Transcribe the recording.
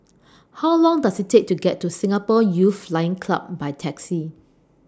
How Long Does IT Take to get to Singapore Youth Flying Club By Taxi